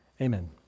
Amen